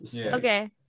Okay